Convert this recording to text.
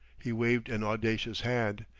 he waved an audacious hand.